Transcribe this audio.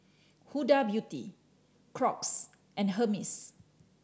Huda Beauty Crocs and Hermes